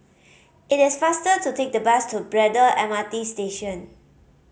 it is faster to take the bus to Braddell M R T Station